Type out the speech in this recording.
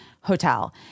Hotel